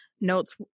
Notes